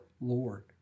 Lord